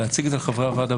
להציג לחברי הוועדה,